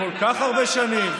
כל כך הרבה שנים,